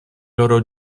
loro